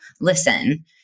listen